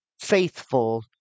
faithful